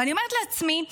ואני אומרת לעצמי,